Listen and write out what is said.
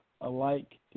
alike